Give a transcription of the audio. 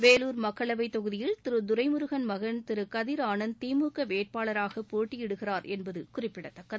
வேலூர் மக்களவை தொகுதியில் திரு துரைமுருகள் மகன் திரு கதிர் ஆனந்த் திமுக வேட்பாளராக போட்டியிடுகிறார் என்பது குறிப்பிடத்தக்கது